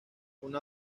una